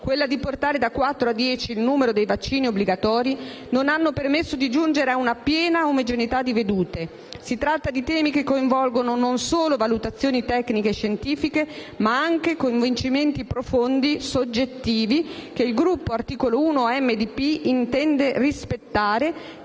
di portare da quattro a dieci il numero dei vaccini obbligatori, non hanno permesso di giungere ad una piena omogeneità di vedute. Si tratta di temi che coinvolgono non solo valutazioni tecniche e scientifiche, ma anche convincimenti profondi e soggettivi, che il Gruppo Articolo 1 - MDP intende rispettare,